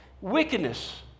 wickedness